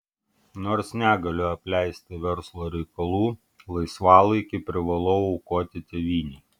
nors negaliu apleisti verslo reikalų laisvalaikį privalau aukoti tėvynei